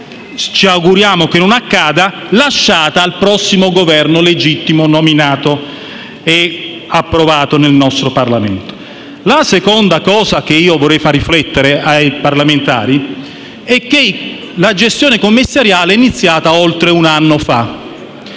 ci auguriamo che non accada), lasciata al prossimo Governo incaricato e legittimato dal nostro Parlamento. La seconda questione su cui vorrei far riflettere i parlamentari è che la gestione commissariale è iniziata oltre un anno fa.